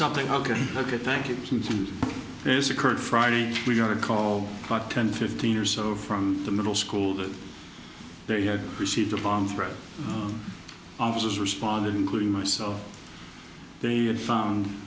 something ok ok thank you susan there's occurred friday we got a call about ten fifteen or so from the middle school that they had received a bomb threat officers responded including myself they had found